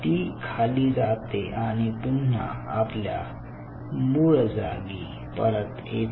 ती खाली जाते आणि पुन्हा आपल्या मूळ जागी परत येते